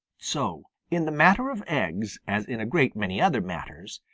so in the matter of eggs, as in a great many other matters,